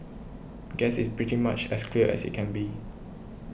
guess it's pretty much as clear as it can be